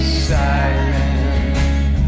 silent